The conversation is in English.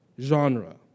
genre